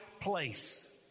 place